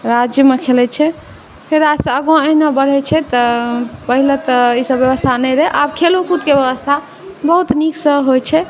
राज्यमे खेलै छै फेर एहिसँ आगाँ अहिना बढ़ै छै तऽ पहिले तऽ ईसब बेबस्था नहि रहै आब खेलोकूदके बेबस्था बहुत नीकसँ होइ छै